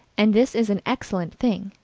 and this is an excellent thing,